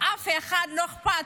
לאף אחד לא אכפת.